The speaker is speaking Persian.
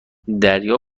دریا